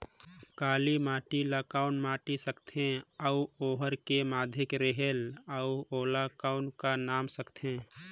काला माटी ला कौन माटी सकथे अउ ओहार के माधेक रेहेल अउ ओला कौन का नाव सकथे?